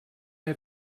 der